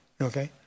okay